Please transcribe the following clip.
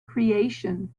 creation